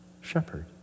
shepherd